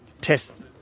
test